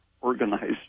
organized